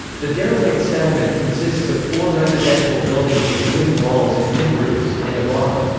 the derelict settlement consists of four residential buildings with wooden walls and tin roofs, and a barn.